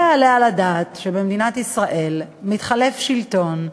לא יעלה על הדעת שבמדינת ישראל מתחלף שלטון,